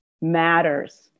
matters